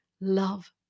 love